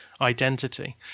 identity